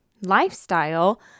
lifestyle